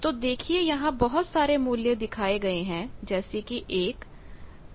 तो देखिए यहां बहुत सारे मूल्य दिखाए गए हैं जैसे कि 1 09